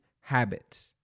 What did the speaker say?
habits